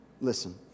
Listen